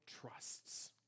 trusts